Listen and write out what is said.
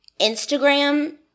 Instagram